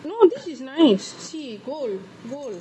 no this is nice see gold gold